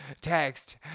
text